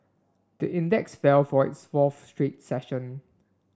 the index fell for its fourth straight session